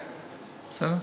בבקשה.